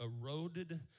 eroded